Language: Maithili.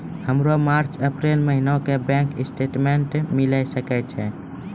हमर मार्च अप्रैल महीना के बैंक स्टेटमेंट मिले सकय छै?